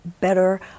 better